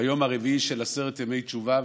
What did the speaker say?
ביום הרביעי של עשרת ימי תשובה,